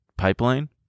pipeline